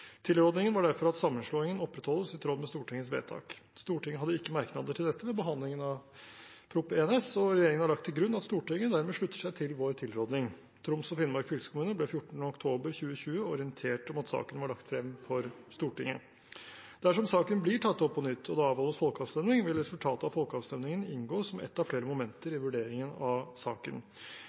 var derfor at sammenslåingen opprettholdes i tråd med Stortingets vedtak. Stortinget hadde ikke merknader til dette ved behandlingen av Prop. 1 S, og regjeringen har lagt til grunn at Stortinget dermed slutter seg til vår tilrådning. Troms og Finnmark fylkeskommune ble 14. oktober 2020 orientert om at saken var lagt frem for Stortinget. Dersom saken blir tatt opp på nytt og det avholdes folkeavstemning, vil resultatet av folkeavstemningen inngå som ett av flere momenter i vurderingen av saken.